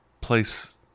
place